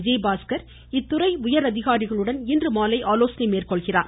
விஜயபாஸ்கர் இத்துறை உயர் அதிகாரிகளுடன் இன்றுமாலை ஆலோசனை மேற்கொள்கிறார்